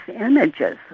images